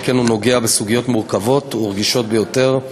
שכן הוא נוגע בסוגיות מורכבות ורגישות ביותר,